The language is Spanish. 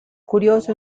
curioso